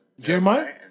Jeremiah